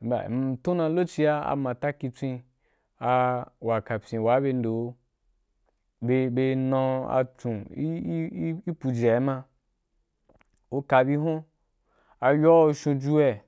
ba, m tuna a lokaci a amatakitswen’ wa kapyen wa be nde’u be be nau atson puje ama, ku ka bu hun ayo’a ku shonjuwea